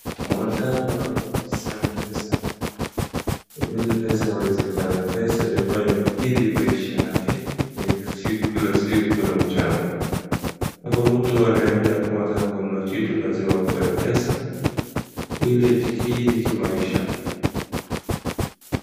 Mwanangu alihitaji sana pesa, kwa vile pesa yawezekana, pesa ndio ambaye inakiri maisha yake kila siku kila siku na mchana, hapa mtu anaenda kama anataka kununua kitu lazima ukuwe na pesa ili ajikiri kimaisha.